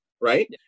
right